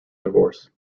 divorce